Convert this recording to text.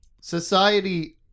society